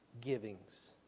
givings